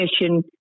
mission